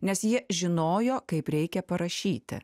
nes jie žinojo kaip reikia parašyti